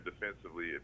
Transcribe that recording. defensively